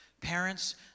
Parents